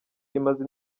imaze